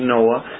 Noah